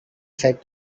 said